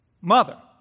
mother